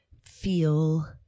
feel